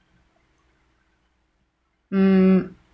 um